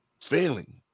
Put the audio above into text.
failing